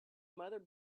mother